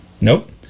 Nope